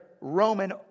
Roman